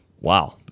Wow